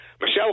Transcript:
Michelle